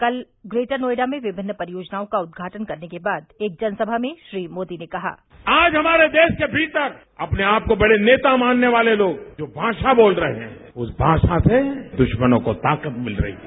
कल ग्रेटर नोएडा में विभिन्न परियोजनाओं का उद्घाटन करने के बाद एक जनसभा में श्री मोदी ने कहा आज हमारे देश के भीतर अपने आप को बडे नेता मानने वाले लोग जो भाषा बोल रहे हैं उस भाषा से दुशमनों को ताकत मिल रही है